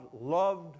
loved